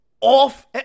off